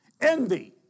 Envy